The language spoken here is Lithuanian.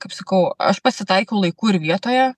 kaip sakau aš pasitaikiau laiku ir vietoje